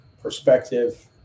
perspective